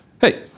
hey